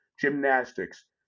gymnastics